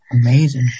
Amazing